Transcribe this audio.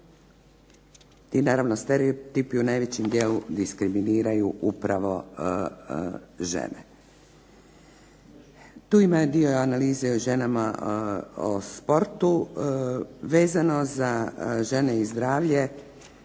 Ti naravno stereotipi u najvećem dijelu diskriminiraju upravo žene. Tu ima i dio analize o ženama u sportu. Vezano za žene i zdravlje